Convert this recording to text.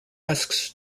asks